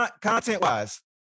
content-wise